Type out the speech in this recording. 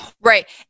Right